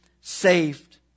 saved